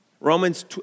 Romans